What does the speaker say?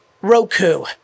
Roku